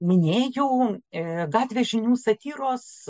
minėjau gatvės žinių satyros